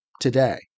today